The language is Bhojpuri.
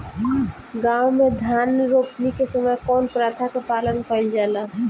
गाँव मे धान रोपनी के समय कउन प्रथा के पालन कइल जाला?